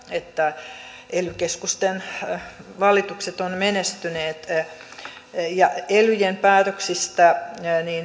että ely keskusten valitukset ovat menestyneet elyjen päätöksistä